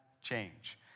Change